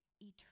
eternal